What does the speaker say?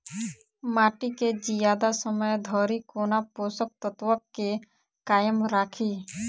माटि केँ जियादा समय धरि कोना पोसक तत्वक केँ कायम राखि?